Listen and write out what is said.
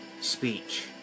speech